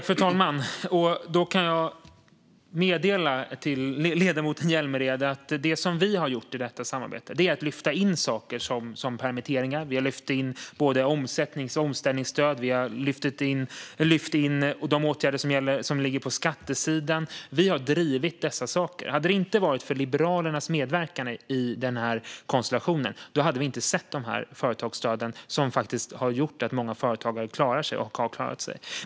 Fru talman! Då kan jag meddela ledamoten Hjälmered att det som vi har gjort i detta samarbete är att vi har lyft in saker som permitteringar. Vi har lyft in både omsättningsstöd och omställningsstöd. Vi har lyft in de åtgärder som ligger på skattesidan. Vi har drivit dessa saker. Hade det inte varit för Liberalernas medverkan i denna konstellation hade vi inte sett de företagsstöd som faktiskt har gjort att många företagare har klarat sig och klarar sig.